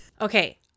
Okay